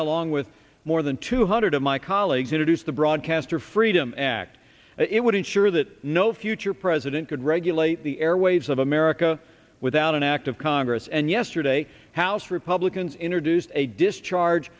along with more than two hundred of my colleagues in a deuce the broadcaster freedom act it would ensure that no future president could regulate the airwaves of america without an act of congress and yesterday house republicans introduced a discharge